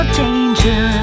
danger